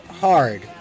hard